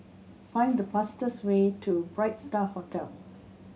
find the fastest way to Bright Star Hotel